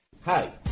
Hi